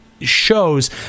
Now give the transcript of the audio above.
Shows